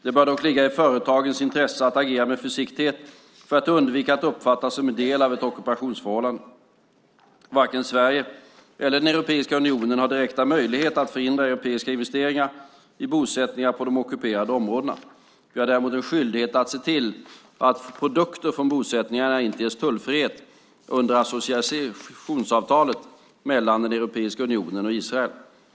Det bör dock ligga i företagens intresse att agera med försiktighet för att undvika att uppfattas som en del av ett ockupationsförhållande. Varken Sverige eller Europeiska unionen har direkta möjligheter att förhindra europeiska investeringar i bosättningar på de ockuperade områdena. Vi har däremot en skyldighet att se till att produkter från bosättningarna inte ges tullfrihet under associeringsavtalet mellan Europeiska unionen och Israel.